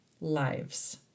lives